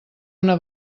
una